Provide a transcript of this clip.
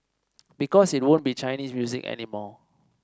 because it won't be Chinese music any more